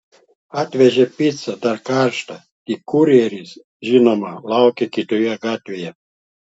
atvežė picą dar karštą tik kurjeris žinoma laukė kitoje gatvėje